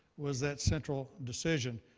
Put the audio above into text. was that central decision.